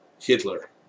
Hitler